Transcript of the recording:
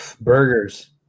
Burgers